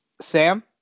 sam